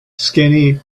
skinny